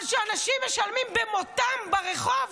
אבל כשאנשים משלמים במותם ברחוב,